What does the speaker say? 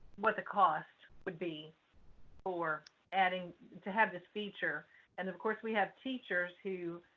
what the cost would be for adding to have this feature and of course we have teachers who